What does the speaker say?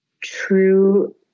true